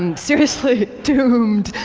um seriously doomed,